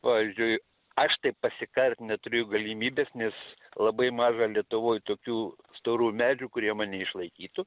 pavyzdžiui aš tai pasikart neturėjau galimybės nes labai maža lietuvoj tokių storų medžių kurie mane išlaikytų